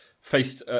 faced